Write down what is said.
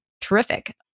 terrific